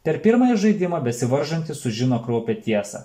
per pirmąjį žaidimą besivaržantys sužino kraupią tiesą